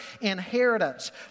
inheritance